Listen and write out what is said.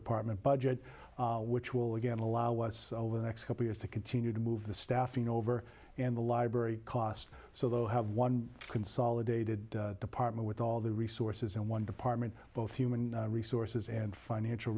apartment budget which will again allow was over the next couple years to continue to move the staffing over and the library cost so though have one consolidated department with all the resources in one department both human resources and financial